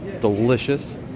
delicious